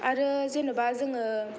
आरो जेनोबा जोङो